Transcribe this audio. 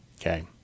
okay